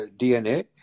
DNA